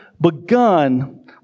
begun